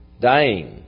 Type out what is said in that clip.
dying